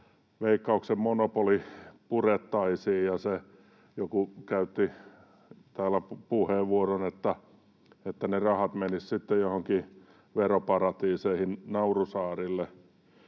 Veikkauksen monopoli purettaisiin. Joku käytti täällä puheenvuoron, että ne rahat menisivät sitten joihinkin veroparatiiseihin naurusaarille.